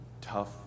tough